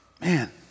Man